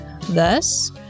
Thus